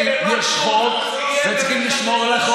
יש חוק וצריך לשמור על החוק